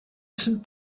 saint